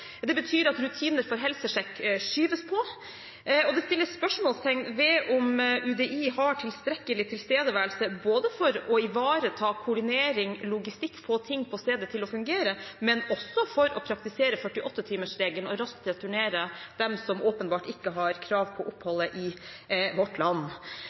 Det betyr at rutinene for helsesjekk skyves på, og det settes spørsmålstegn ved om UDI har tilstrekkelig tilstedeværelse for å ivareta koordinering, logistikk, få ting på stedet til å fungere, men også for å praktisere 48-timersregelen og raskt returnere dem som åpenbart ikke har krav på opphold i vårt land.